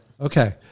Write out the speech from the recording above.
Okay